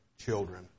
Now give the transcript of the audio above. children